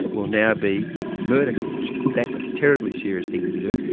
will now be murder convictions that's a terribly serious thing to be doing.